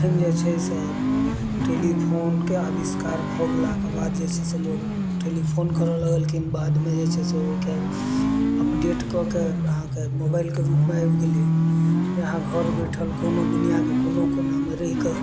अखन जे छै से टेलीफोनके आविष्कार भऽ गेलाके बाद जे छै से लोक टेलीफोन करऽ लगलखिन बादमे जे छै से ओहिके अपडेट कऽ कऽ अहाँके मोबाइलके रूपमे आबि गेलै जे अहाँ घर बैठल कोनो दुनियाके कोनो कोनामे रहि कऽ